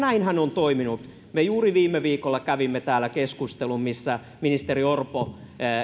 näin hän on toiminut me juuri viime viikolla kävimme täällä keskustelun missä ministeri orpo